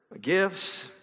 gifts